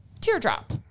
teardrop